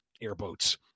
airboats